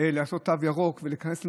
לעשות תו ירוק ולהיכנס להגבלות,